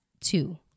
two